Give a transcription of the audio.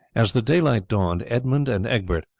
as the daylight dawned edmund and egbert,